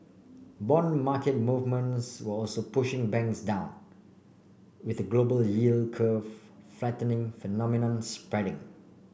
bond market movements were also pushing banks down with a global yield curve flattening phenomenon spreading